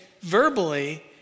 verbally